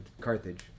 Carthage